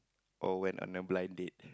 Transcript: or when on a blind date